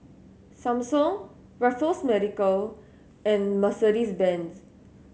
Samsung Raffles Medical and Mercedes Benz